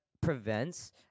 prevents